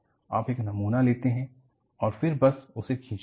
आप एक नमूना लेते हैं और फिर बस उसे खींचते हैं